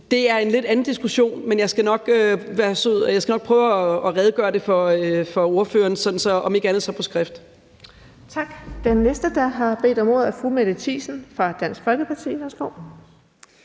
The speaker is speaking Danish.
Det er en lidt anden diskussion, men jeg skal nok prøve at redegøre for det over for ordføreren, om ikke andet så på skrift.